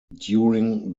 during